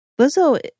Lizzo